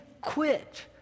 quit